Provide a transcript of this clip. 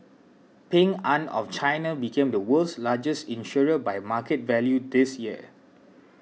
Ping An of China became the world's largest insurer by market value this year